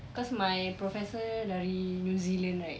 cause my professor dari new zealand right